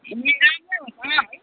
ए राम्रै हुन्छ है